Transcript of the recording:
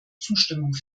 zustimmung